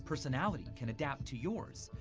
personality can adapt to yours,